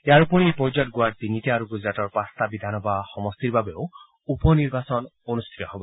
ইয়াৰ উপৰি এই পৰ্যায়ত গোৱাৰ তিনিটা আৰু গুজৰাটৰ পাঁচটা বিধানসভা সমষ্টিৰ বাবেও উপ নিৰ্বাচন অনুষ্ঠিত হ'ব